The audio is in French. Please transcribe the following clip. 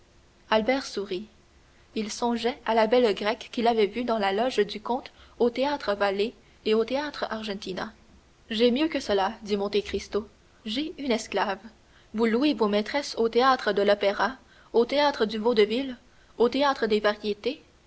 albert sourit il songeait à la belle grecque qu'il avait vue dans la loge du comte au théâtre valle et au théâtre argentina j'ai mieux que cela dit monte cristo j'ai une esclave vous louez vos maîtresses au théâtre de l'opéra au théâtre du vaudeville au théâtre des variétés